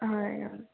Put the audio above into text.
হয় অ